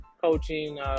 coaching